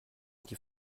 die